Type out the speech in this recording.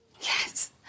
Yes